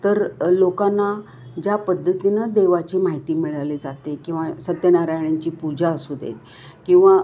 तर लोकांना ज्या पद्धतीनं देवाची माहिती मिळाली जाते किंवा सत्यनारायणाची पूजा असू देत किंवा